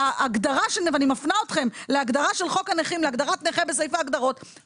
אני מפנה אתכם להגדרת נכה בסעיף ההגדרות בחוק הנכים,